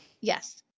Yes